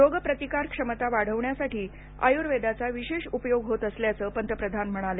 रोग प्रतिकार क्षमता वाढवण्यासाठी आयुर्वेदाचा विशेष उपयोग होत असल्याचं पंतप्रधान म्हणाले